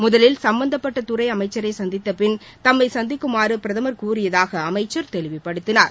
முதலில் சும்பந்தப்பட்ட துறை அமைச்சரை சந்தித்தப்பின் தம்மை சந்திக்குமாறு பிரதமர் கூறியதாக அமைச்சர் தெளிவுபடுத்தினார்